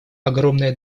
огромное